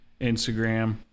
Instagram